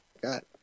got